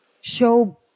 show